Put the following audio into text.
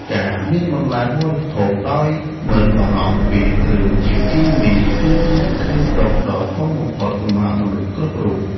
ការមានបន្លែបរិភោគដោយមិនបារម្ភពីរឿងជាតិគីមីគឺជាសេចក្តីសុខដ៏ធំបំផុតសម្រាប់មនុស្សគ្រប់រូប។